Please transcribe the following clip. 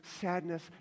sadness